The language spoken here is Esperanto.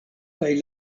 kaj